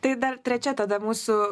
tai dar trečia tada mūsų